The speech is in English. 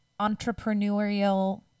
entrepreneurial